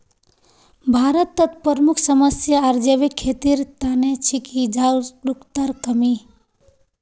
भारतत प्रमुख समस्या आर जैविक खेतीर त न छिके जागरूकतार कमी